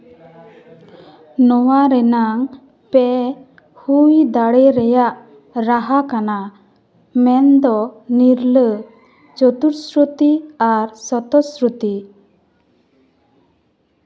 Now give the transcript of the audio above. ᱱᱚᱣᱟ ᱨᱮᱱᱟᱝ ᱯᱮ ᱦᱩᱭ ᱫᱟᱲᱮ ᱨᱮᱭᱟᱜ ᱨᱟᱦᱟ ᱠᱟᱱᱟ ᱢᱮᱱᱫᱚ ᱱᱤᱨᱞᱟᱹ ᱪᱚᱛᱩᱨᱥᱨᱚᱛᱤ ᱟᱨ ᱥᱚᱛᱚᱥᱥᱨᱩᱛᱤ